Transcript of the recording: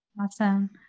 awesome